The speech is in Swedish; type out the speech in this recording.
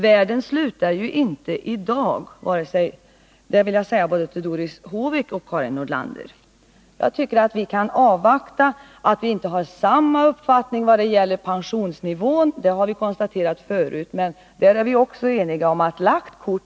Världen går inte under i dag, det vill jag säga till både Doris Håvik och Karin Nordlander. Att vi inte har samma uppfattning vad gäller pensionsnivån har vi konstaterat förut, men vi är också eniga om att lagt kort